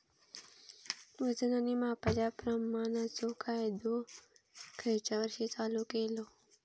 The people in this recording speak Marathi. वजन आणि मापांच्या प्रमाणाचो कायदो खयच्या वर्षी चालू केलो?